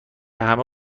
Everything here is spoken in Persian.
همه